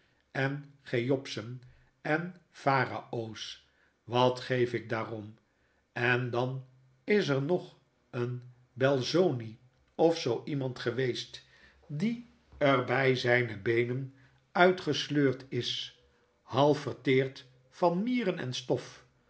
en oheopsen en pharaoh's wat geef ik daarom en dan is er nog een belzoni of zoo iemand geweest die er by zyne beenen uitgesleurd is half verteerd van mieren en stof